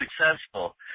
successful